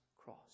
cross